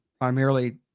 primarily